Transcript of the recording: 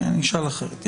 אני אשאל אחרת.